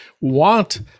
want